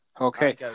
Okay